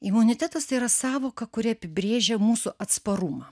imunitetas tai yra sąvoka kuri apibrėžia mūsų atsparumą